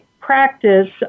practice